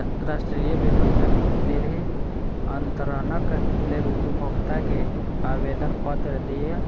राष्ट्रीय विद्युत निधि अन्तरणक लेल उपभोगता के आवेदनपत्र दिअ